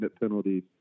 penalties